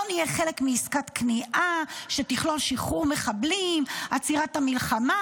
לא נהיה חלק מעסקת כניעה שתכלול שחרור מחבלים ועצירת המלחמה.